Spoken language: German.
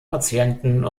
patienten